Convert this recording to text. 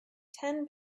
ten